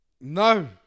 No